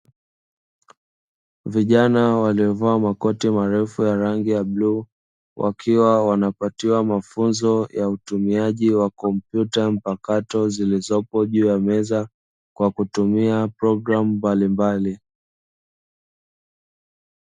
Vijana waliovaa makoti marefu ya rangi ya bluu, wakiwa wanapatiwa mafunzo ya utumiaji wa kompyuta mpakato zilizopo juu ya meza kwa kutumia programu mbalimbali.